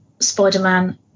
spider-man